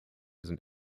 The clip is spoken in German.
sind